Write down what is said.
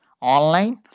online